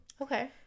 Okay